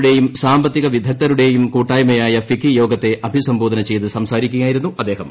വ്യവസായ പ്രമുഖരുടേയും സാമ്പത്തിക വിദഗ്ധരുടേയും കൂട്ടായ്മയായ ഫിക്കി യോഗത്തെ അഭിസംബോധന ചെയ്ത് സംസാരിക്കുകയായിരുന്നു അദ്ദേഹം